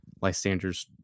Lysander's